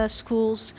schools